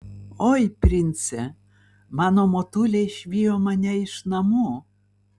oi prince mano motulė išvijo mane iš namų